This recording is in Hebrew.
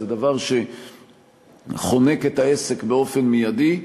זה דבר שחונק את העסק באופן מיידי.